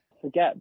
Forget